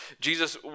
Jesus